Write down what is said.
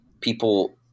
people